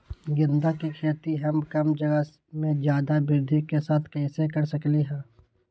गेंदा के खेती हम कम जगह में ज्यादा वृद्धि के साथ कैसे कर सकली ह?